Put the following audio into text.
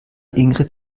ingrid